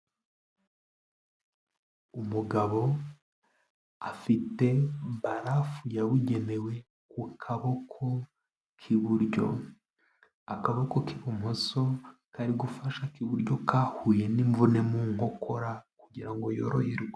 Umugabo afite barafu yabugenewe ku kaboko k'iburyo, akaboko k'ibumoso kari gufasha ak'iburyo kahuye n'imvune mu nkokora, kugira ngo yoroherwe.